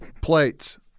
plates